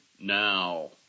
now